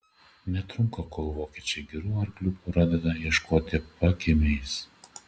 netrunka kol vokiečiai gerų arklių pradeda ieškoti pakiemiais